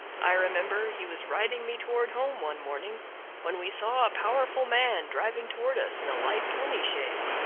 i remember he was riding me toward home one morning when we saw a powerful man driving toward us in a light pony chaise,